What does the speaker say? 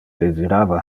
desirava